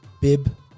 bib